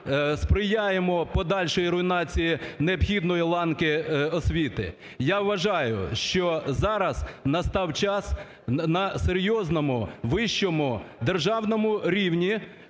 сприяємо подальшій руйнації необхідної ланки освіти. Я вважаю, що зараз настав час на серйозному вищому державному рівні